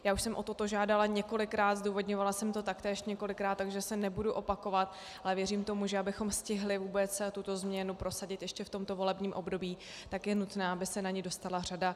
Už jsem o toto několikrát žádala, zdůvodňovala jsem to taktéž několikrát, takže se nebudu opakovat, ale věřím tomu, že abychom stihli tuto změnu prosadit ještě v tomto volebním období, tak je nutné, aby se na ni dostala řada.